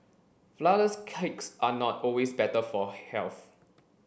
flourless cakes are not always better for health